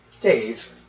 Dave